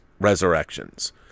Resurrections